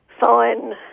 fine